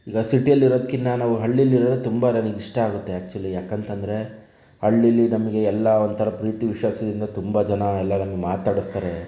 ಈಗ ಸಿಟಿಯಲ್ಲಿರೋದ್ಕಿನ್ನ ನಾವು ಹಳ್ಳಿಯಲ್ಲಿರೋದೇ ತುಂಬ ನನಗೆ ಇಷ್ಟ ಆಗುತ್ತೆ ಆ್ಯಕ್ಚುಲಿ ಯಾಕಂತಂದ್ರೆ ಹಳ್ಳಿಯಲ್ಲಿ ನಮಗೆ ಎಲ್ಲ ಒಂಥರ ಪ್ರೀತಿ ವಿಶ್ವಾಸದಿಂದ ತುಂಬ ಜನ ಎಲ್ಲ ನನಗೆ ಮಾತಾಡ್ಸ್ತಾರೆ